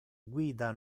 guida